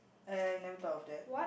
I I never thought of that